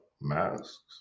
masks